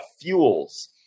fuels